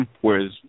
Whereas